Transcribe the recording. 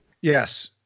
Yes